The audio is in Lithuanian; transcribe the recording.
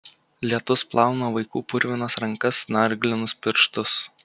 lietus plauna vaikų purvinas rankas snarglinus pirštus